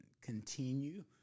continue